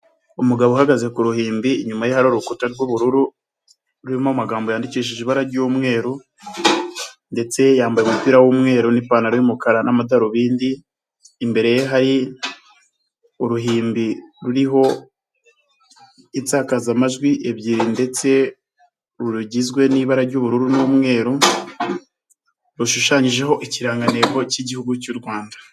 Umugabo uhagaze ku ruhimbi inyuma ye hari urukuta rw'ubururu rurimo amagambo yandikishije ibara ry'umweru ndetse yambaye umupira w'umweru n'ipantaro y'umukara n'amadarubindi, imbere ye hari uruhimbi ruriho insakazamajwi ebyiri ndetse rugizwe n'ibara ry'ubururu n'umweru, rushushanyijeho ikirangantego cy'igihugu cy'u Rwanda.